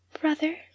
brother